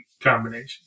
combination